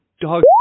dog